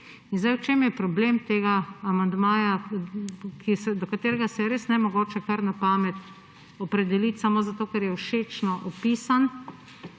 zdaj, v čem je problem tega amandmaja, do katerega se je res nemogoče kar na pamet opredeliti samo zato, ker je všečno opisan?